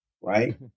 right